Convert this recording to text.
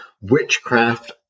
witchcraft